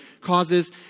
causes